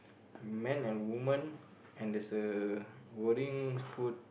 man and woman and there's a wording put